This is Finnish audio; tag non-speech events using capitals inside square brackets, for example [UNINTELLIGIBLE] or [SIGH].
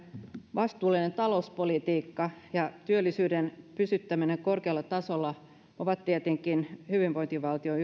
vastuullinen talouspolitiikka ja työllisyyden pysyttäminen korkealla tasolla ovat tietenkin hyvinvointivaltion [UNINTELLIGIBLE]